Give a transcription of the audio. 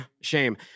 shame